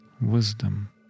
wisdom